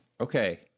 Okay